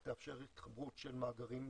שתאפשר התחברות של מאגרים נוספים,